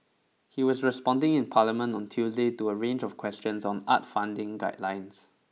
he was responding in Parliament on Tuesday to a range of questions on arts funding guidelines